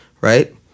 right